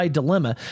dilemma